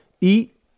eat